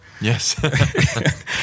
Yes